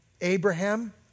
Abraham